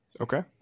Okay